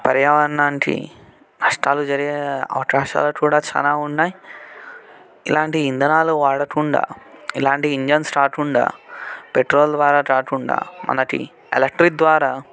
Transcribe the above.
పర్యావరణానికి నష్టాలు జరిగే అవకాశాలు కూడా చాలా ఉన్నాయి ఇలాంటి ఇంధనాలు వాడకుండా ఇలాంటి ఇంజన్స్ రాకుండా పెట్రోల్ ద్వారా కాకుండా మనకి ఎలక్ట్రిక్ ద్వారా